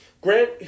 grant